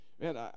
Man